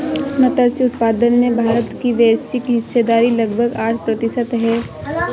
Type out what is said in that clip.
मत्स्य उत्पादन में भारत की वैश्विक हिस्सेदारी लगभग आठ प्रतिशत है